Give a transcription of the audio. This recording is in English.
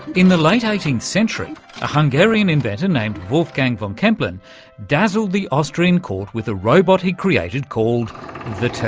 in the late eighteenth century a hungarian inventor named wolfgang von kempelen dazzled the austrian court with a robot he'd created called the turk.